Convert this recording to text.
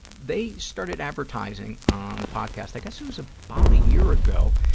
they started advertising on the podcast, i guess it was about a year ago,